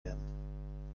werden